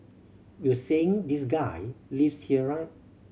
we were saying this guy lives here right